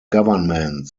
government